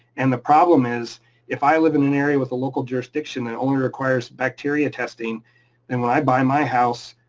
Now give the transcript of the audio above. and the problem is if i live in an area with a local jurisdiction that only requires bacteria testing and when i buy my house,